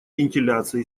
вентиляции